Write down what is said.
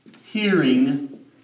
Hearing